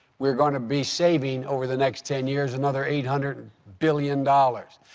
we're going to be saving over the next ten years another eight hundred billion dollars.